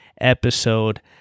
episode